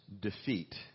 defeat